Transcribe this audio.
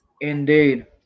Indeed